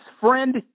friend